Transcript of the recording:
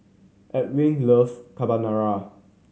Edwin loves Carbonara